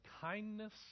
kindness